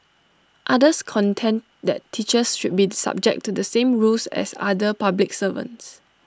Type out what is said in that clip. others contend that teachers should be subject to the same rules as other public servants